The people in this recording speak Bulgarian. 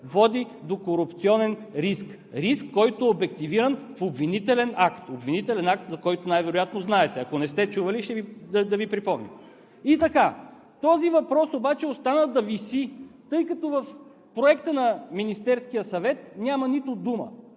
води до корупционен риск. Риск, който е обективиран в обвинителен акт. Обвинителен акт, за който най-вероятно знаете, ако не сте чували, да Ви припомня. Този въпрос обаче остана да виси, тъй като в Проекта на Министерския съвет няма нито дума